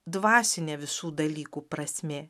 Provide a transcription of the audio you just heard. dvasinė visų dalykų prasmė